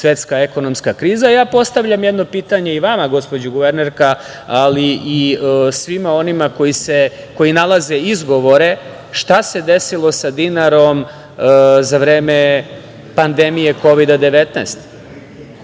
svetska ekonomska kriza, ja postavljam jedno pitanje i vama, gospođo guvernerka, ali i svima onima koji nalaze izgovore- šta se desilo sa dinarom za vreme pandemije Kovida